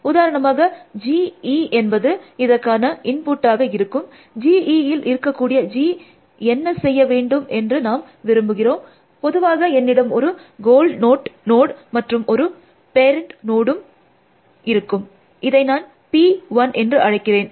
உதாரணமாக G E என்பது இதற்கான இன்புட்டாக இருக்கும் G Eயில் இருக்கக்கூடிய G என்ன செய்ய வேண்டும் என்று நாம் விரும்புகிறோம் பொதுவாக என்னிடம் ஒரு கோல் நோட் மற்றும் ஒரு பேரண்ட் நோடும் இருக்கும் இதை நான் P 1 என்று அழைக்கிறேன்